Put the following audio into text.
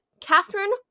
Catherine